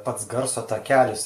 pats garso takelis